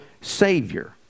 Savior